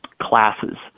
classes